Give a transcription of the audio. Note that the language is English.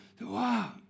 Wow